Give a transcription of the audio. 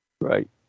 Right